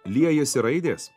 liejasi raidės